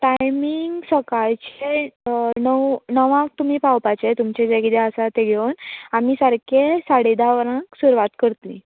timing सकाळचें णव णवाक तुमी पावपाचे तुमचें जें कितें आसा तें घेवन आमी सारके साडे धा बरांक सुरवात करतलीं